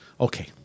Okay